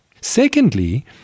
Secondly